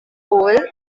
oval